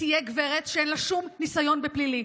תהיה גברת שאין לה שום ניסיון בפלילי.